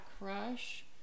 crush